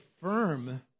firm